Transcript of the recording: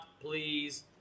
please